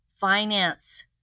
finance